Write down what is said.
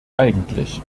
eigentlich